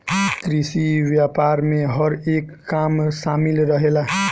कृषि व्यापार में हर एक काम शामिल रहेला